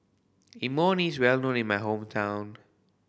imoni is well known in my hometown